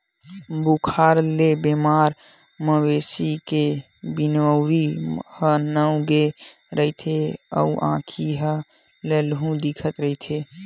बुखार ले बेमार मवेशी के बिनउरी ह नव गे रहिथे अउ आँखी ह ललहूँ दिखत रहिथे